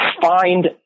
find